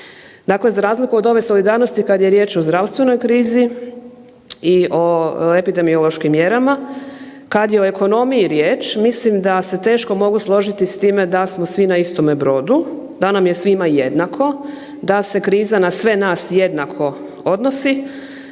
Dakle, za razliku od ove solidarnosti kad je riječ o zdravstvenoj krizi i o epidemiološkim mjerama, kad je o ekonomiji riječ mislim da se teško mogu složiti s time da smo svi na istome brodu, da nam je svima jednako, da se kriza na sve nas jednako odnosi,